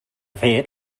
fet